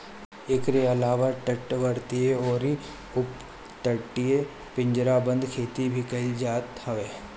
एकरी अलावा तटवर्ती अउरी अपतटीय पिंजराबंद खेती भी कईल जात हवे